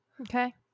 Okay